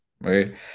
right